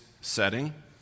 setting